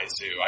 zoo